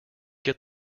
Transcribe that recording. get